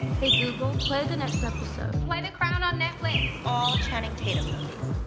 hey google, play the next episode. play the crown on netflix. all channing tatum movies.